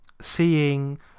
seeing